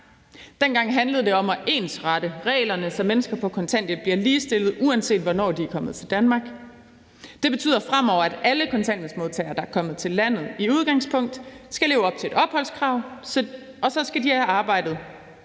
Dengang handlede det om at ensrette reglerne, så mennesker på kontanthjælp bliver ligestillet, uanset hvornår de er kommet til Danmark. Det betyder, at alle kontanthjælpsmodtagere, der er kommet til landet, fremover i udgangspunktet skal leve op til et opholdskrav, og så skal de have arbejdet